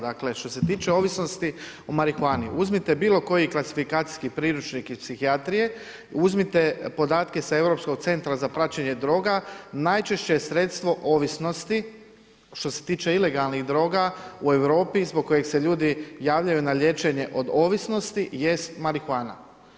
Dakle što se tiče ovisnosti o marihuani, uzmite bilo koji klasifikacijski priručnik iz psihijatrije, uzmite podatke sa Europskog centra za praćenje droga, najčešće sredstvo ovisnosti, što se tiče ilegalnih droga u Europi zbog kojih se ljudi javljaju na liječenje od ovisnosti jest marihuana.